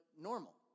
normal